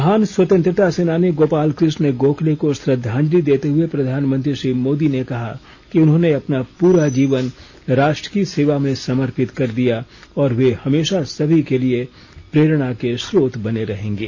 महान स्वतंत्रता सेनानी गोपाल कृष्ण गोखले को श्रद्वांजलि देते हुए प्रधनमंत्री श्री मोदी ने कहा कि उन्होंने अपना पूरा जीवन राष्ट्र की सेवा में समर्पित कर दिया और वे हमेशा सभी के लिए प्रेरणा के स्रोत बने रहेंगे